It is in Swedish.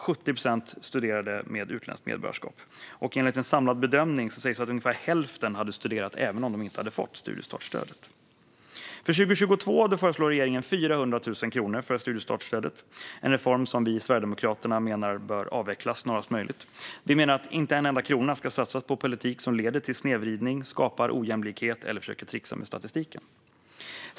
70 procent av dem var studenter med utländskt medborgarskap. Enligt en samlad bedömning hade ungefär hälften studerat även om de inte hade fått studiestartsstödet. För 2022 föreslår regeringen 400 000 kronor för studiestartsstödet, en reform som vi i Sverigedemokraterna menar bör avvecklas snarast möjligt. Vi menar att inte en enda krona ska satsas på politik som leder till snedvridning, skapar ojämlikhet eller försöker trixa med statistiken.